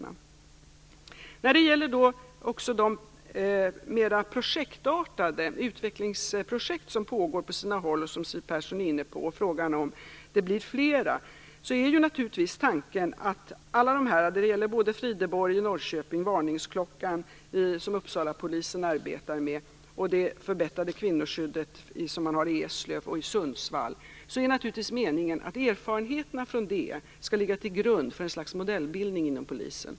Också när det gäller det mera projektartade utvecklingsarbete som pågår på sina håll och som Siw Persson var inne på när hon frågade om det blir mer av det är naturligtvis tanken att erfarenheterna av allt detta arbete - Frideborg i Norrköping, Varningsklockan som Uppsalapolisen arbetar med och det förbättrade kvinnoskyddet i Eslöv och Sundsvall - skall ligga till grund för ett slags modellbildning inom polisen.